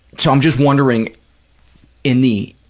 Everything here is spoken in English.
so i'm just wondering in the,